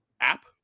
app